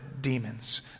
demons